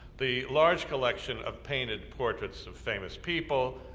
the large collection of painted portraits of famous people,